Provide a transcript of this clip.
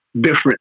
Different